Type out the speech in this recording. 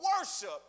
worship